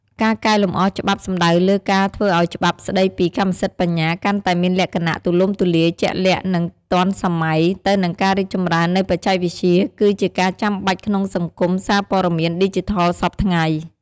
ការកែលម្អច្បាប់សំដៅលើការធ្វើឱ្យច្បាប់ស្តីពីកម្មសិទ្ធិបញ្ញាកាន់តែមានលក្ខណៈទូលំទូលាយ ជាក់លាក់ និងទាន់សម័យទៅនឹងការរីកចម្រើននៃបច្ចេកវិទ្យា គឺជាការចាំបាច់ក្នុងសង្គមសារព័ត៌មានឌីជីថលសព្វថ្ងៃ។